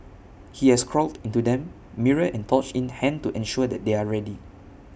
he has crawled into them mirror and torch in hand to ensure that they are ready